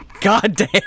Goddamn